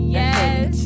yes